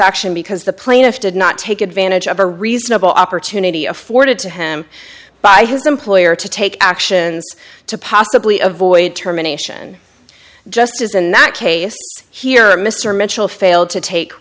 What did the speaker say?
action because the plaintiff did not take advantage of a reasonable opportunity afforded to him by his employer to take actions to possibly avoid terminations just as in that case here mr mitchell failed to take